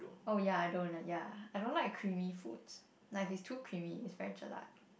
oh ya I don't ya I don't like creamy foods like if it's too creamy it's very jelak